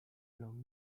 along